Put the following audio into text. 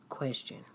question